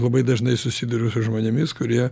labai dažnai susiduriu su žmonėmis kurie